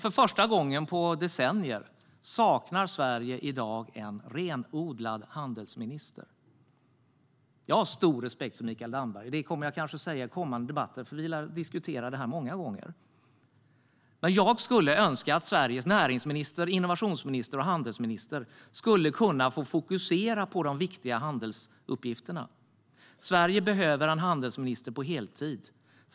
För första gången på decennier saknar Sverige i dag en renodlad handelsminister. Jag har stor respekt för Mikael Damberg, och det kommer jag kanske att säga i kommande debatter, för vi lär diskutera det här många gånger. Men jag skulle önska att Sveriges näringsminister, innovationsminister och handelsminister skulle få fokusera på de viktiga handelsuppgifterna. Sverige behöver en handelsminister på heltid.